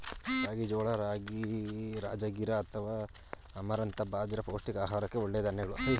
ರಾಗಿ, ಜೋಳ, ರಾಜಗಿರಾ ಅಥವಾ ಅಮರಂಥ ಬಾಜ್ರ ಪೌಷ್ಟಿಕ ಆರೋಗ್ಯಕ್ಕೆ ಒಳ್ಳೆಯ ಧಾನ್ಯಗಳು